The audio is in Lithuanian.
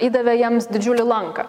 įdavė jiems didžiulį lanką